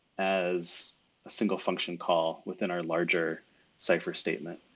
as a single function call within our larger cipher statement.